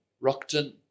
Rockton